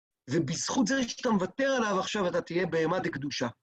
ובזכות זה שאתה מוותר עליו עכשיו אתה תהיה באמת הקדושה.